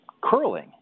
curling